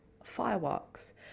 Fireworks